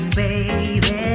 baby